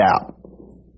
out